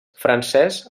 francès